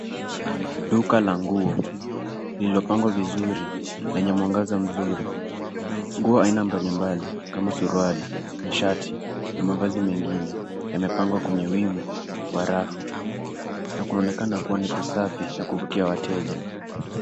Duka la nguo, lililopangwa vizuri, lenye mwangaza mzuri, nguo aina mbalimbali, kama suruali, mashati, na mavazi mengine, yamepangwa kwenye wima, kwa rafu, na kunaonekana kuwa ni kusafi, ya kuvutia wateja.